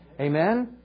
Amen